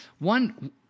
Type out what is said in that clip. one